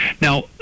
Now